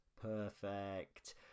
perfect